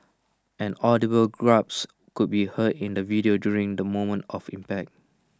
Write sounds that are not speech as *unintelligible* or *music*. an audible *unintelligible* could be heard in the video during the moment of impact